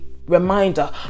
reminder